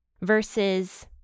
verses